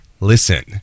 listen